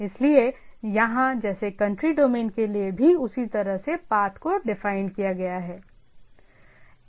इसलिए यहां जैसे कंट्री डोमेन के लिए भी उसी तरह से पाथ को डिफाइंड किया गया है